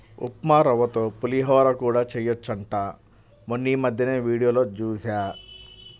ఉప్మారవ్వతో పులిహోర కూడా చెయ్యొచ్చంట మొన్నీమద్దెనే వీడియోలో జూశా